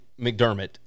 McDermott